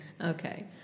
Okay